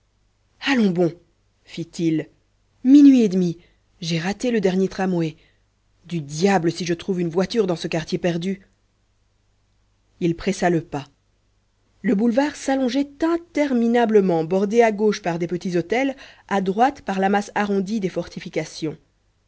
allons bon fit-il minuit et demi j'ai raté le dernier tramway du diable si je trouve une voiture dans ce quartier perdu il pressa le pas le boulevard s'allongeait interminable bordé à gauche par des petits hôtels à droite par la masse arrondie des fortifications